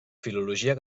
filologia